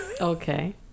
Okay